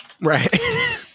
Right